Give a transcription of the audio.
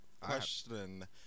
Question